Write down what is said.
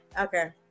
Okay